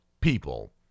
people